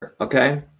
okay